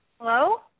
Hello